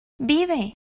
vive